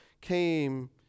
came